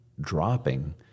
dropping